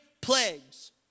plagues